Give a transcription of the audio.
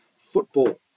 football